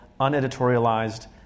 uneditorialized